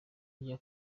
rya